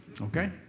okay